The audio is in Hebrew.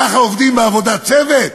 ככה עובדים עבודת צוות?